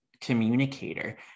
communicator